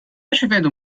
chovendo